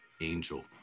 angel